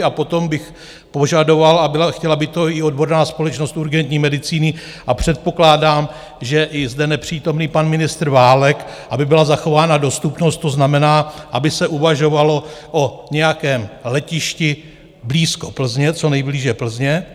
A potom bych požadoval, a chtěla by to i Odborná společnost urgentní medicíny a předpokládám, že i zde nepřítomný pan ministr Válek, aby byla zachována dostupnost, to znamená, aby se uvažovalo o nějakém letišti blízko Plzně, co nejblíže Plzně.